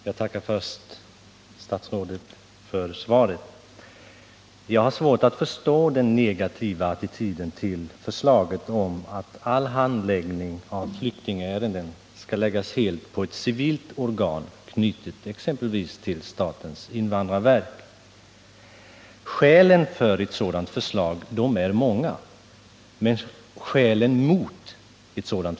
Herr talman! Jag tackar statsrådet för svaret. Jag har svårt att förstå den negativa attityden till förslaget om att all handläggning av flyktingärenden skall läggas på ett civilt organ, knutet till exempelvis statens invandrarverk. Skälen för ett sådant förslag är många, medan skälen mot är få.